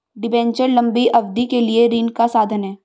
debenture लंबी अवधि के लिए ऋण का साधन है